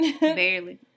barely